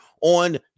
on